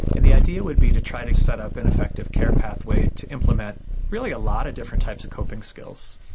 and the idea would be to try to set up an effective care pathway to implement really a lot of different types of coping skills.